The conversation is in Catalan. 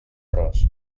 ros